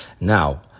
Now